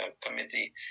committee